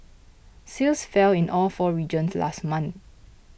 sales fell in all four regions last month